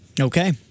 Okay